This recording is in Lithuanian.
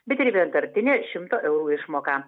bet ir vienkartinę šimto eurų išmoką